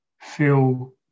feel